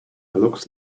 looks